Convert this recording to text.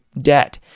debt